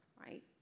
right